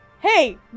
Hey